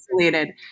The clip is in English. isolated